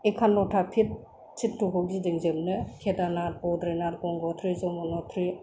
एकाउन्नता पिट तिर्थखौ गिदिंजोबनो केडारनाथ बड्रिनाथ गंगत्रि जमुनत्रि